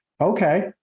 okay